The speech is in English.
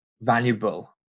valuable